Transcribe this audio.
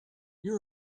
you